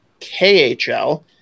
KHL